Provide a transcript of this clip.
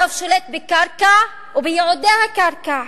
הרוב שולט בקרקע ובייעודי הקרקע.